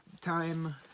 time